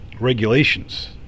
regulations